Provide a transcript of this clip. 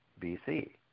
BC